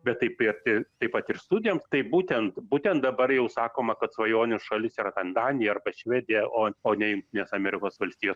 bet taip pit taip pat ir studijoms tai būtent būtent dabar jau sakoma kad svajonių šalis yra ten danija arba švedija o o ne jungtinės amerikos valstijos